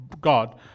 God